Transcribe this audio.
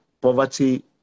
poverty